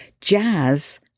Jazz